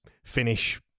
finish